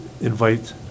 invite